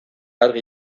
argi